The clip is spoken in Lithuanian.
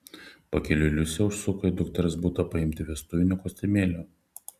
pakeliui liusė užsuko į dukters butą paimti vestuvinio kostiumėlio